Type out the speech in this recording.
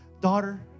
Daughter